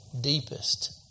deepest